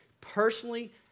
Personally